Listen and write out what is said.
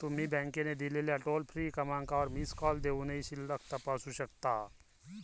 तुम्ही बँकेने दिलेल्या टोल फ्री क्रमांकावर मिस कॉल देऊनही शिल्लक तपासू शकता